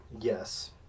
Yes